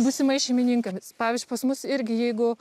būsimai šeimininkams pavyzdžiui pas mus irgi jeigu